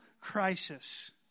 crisis